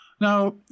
Now